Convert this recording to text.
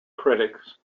critics